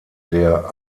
der